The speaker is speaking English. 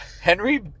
Henry